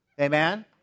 Amen